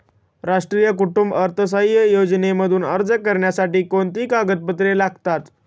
राष्ट्रीय कुटुंब अर्थसहाय्य योजनेमध्ये अर्ज करण्यासाठी कोणती कागदपत्रे लागतात?